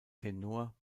tenor